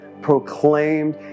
proclaimed